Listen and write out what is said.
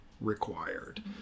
Required